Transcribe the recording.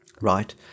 Right